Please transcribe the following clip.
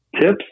tips